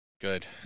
Good